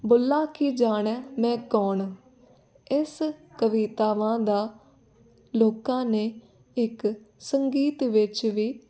ਬੁੱਲਾਂ ਕੀ ਜਾਣੈ ਮੈਂ ਕੌਣ ਇਸ ਕਵਿਤਾਵਾਂ ਦਾ ਲੋਕਾਂ ਨੇ ਇੱਕ ਸੰਗੀਤ ਵਿੱਚ ਵੀ